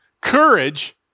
Courage